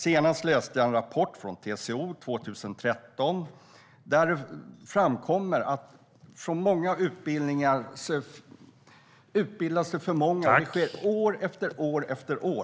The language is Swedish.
Senast läste jag en rapport från TCO från 2013. Där framkommer det att det utbildas för många från många utbildningar. Det sker år efter år.